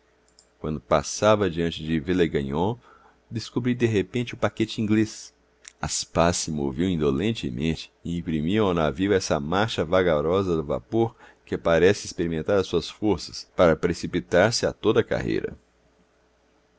quando passava diante de villegaignon descobri de repente o paquete inglês as pás se moviam indolentemente e imprimiam ao navio essa marcha vagarosa do vapor que parece experimentar as suas forças para precipitar-se a toda a carreira